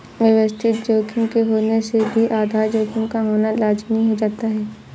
व्यवस्थित जोखिम के होने से भी आधार जोखिम का होना लाज़मी हो जाता है